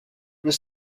was